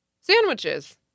Sandwiches